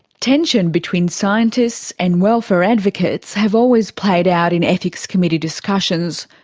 tension between scientists and welfare advocates have always played out in ethics committee discussions,